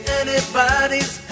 anybody's